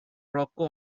rocco